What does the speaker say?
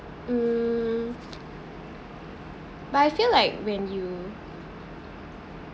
mm but I feel like when you